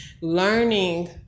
Learning